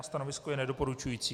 Stanovisko je nedoporučující.